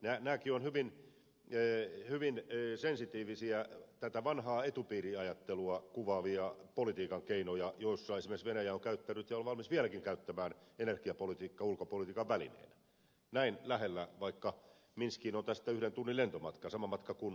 nämäkin ovat hyvin sensitiivisiä tätä vanhaa etupiiriajattelua kuvaavia politiikan keinoja joissa esimerkiksi venäjä on käyttänyt ja on valmis vieläkin käyttämään energiapolitiikkaa ulkopolitiikan välineenä näin lähellä vaikka minskiin on tästä yhden tunnin lentomatka sama matka kuin rovaniemelle